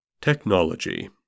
Technology